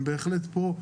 הם בהחלט פה.